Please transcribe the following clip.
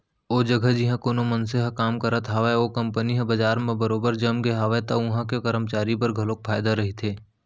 ओ जघा जिहाँ कोनो मनसे ह काम करत हावय ओ कंपनी ह बजार म बरोबर जमगे हावय त उहां के करमचारी बर घलोक फायदा रहिथे